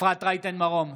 אפרת רייטן מרום,